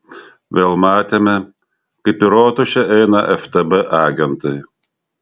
vėl matėme kaip į rotušę eina ftb agentai